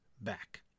back